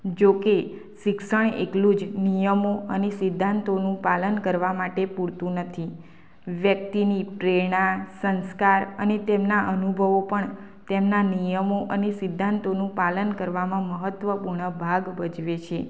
જોકે શિક્ષણ એકલું જ નિયમો અને સિદ્ધાંતોનું પાલન કરવા માટે પૂરતું નથી વ્યક્તિની પ્રેરણા સંસ્કાર અને તેમના અનુભવો પણ તેમના નિયમો અને સિદ્ધાંતોનું પાલન કરવામાં મહત્વપૂર્ણ ભાગ ભજવે છે